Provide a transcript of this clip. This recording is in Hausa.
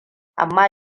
amma